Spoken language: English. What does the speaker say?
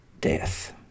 death